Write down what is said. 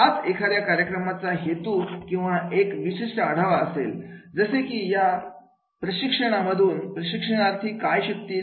हाच एखाद्या कार्यक्रमाचा हेतू किंवा एक विशिष्ट आढावा असेल जसे की या प्रशिक्षणा मधून प्रशिक्षणार्थी काय शिकतील